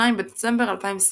2 בדצמבר 2021